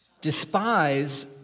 despise